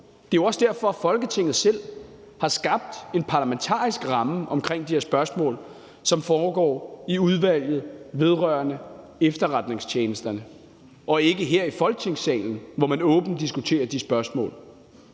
Det er også derfor, at Folketinget selv har skabt en parlamentarisk ramme omkring de her spørgsmål, som foregår i Udvalget vedrørende Efterretningstjenesterne og ikke her i Folketingssalen, hvor man åbent diskuterer de spørgsmål.